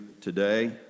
today